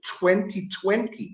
2020